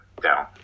down